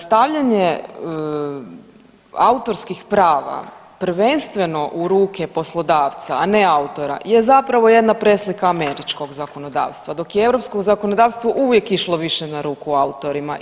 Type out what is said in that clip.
Stavljanje autorskih prava prvenstveno u ruke poslodavca, a ne autora je zapravo jedna preslika američkog zakonodavstva dok je europsko zakonodavstvo uvijek išlo više na ruku autorima.